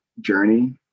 journey